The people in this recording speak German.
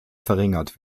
verringert